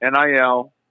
NIL